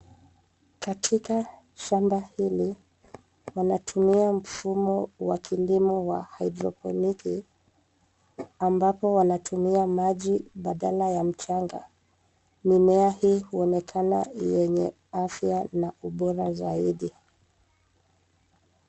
Katika shamba hili wanatumia mfumo wa hidroponiki, wakitumia maji badala ya mchanga. Mimea hii huonekana yenye afya na ubora zaidi.